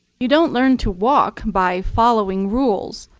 you don't learn to walk by following rules.